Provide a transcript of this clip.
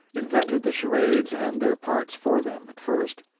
invented the charades and their parts for them, at first,